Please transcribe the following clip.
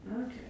Okay